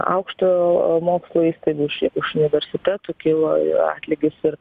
aukštojo mokslo įstaigų iš universitetų kilo atlygis ir